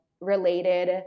related